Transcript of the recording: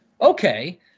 Okay